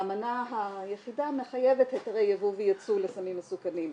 האמנה היחידה מחייבת היתרי ייבוא וייצוא לסמים מסוכנים,